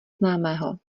známého